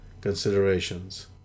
considerations